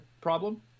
problem